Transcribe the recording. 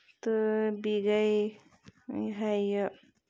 تہٕ بیٚیہِ گے یہِ ہے یہِ